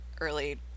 early